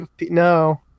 No